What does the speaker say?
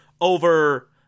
over